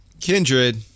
Kindred